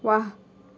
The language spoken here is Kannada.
ವಾಹ್